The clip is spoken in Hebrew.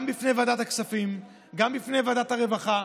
גם בפני ועדת הכספים, גם בפני ועדת הרווחה.